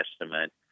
estimate